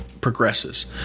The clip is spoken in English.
progresses